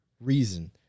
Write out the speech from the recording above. reason